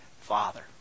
Father